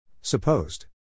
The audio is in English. Supposed